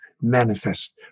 manifest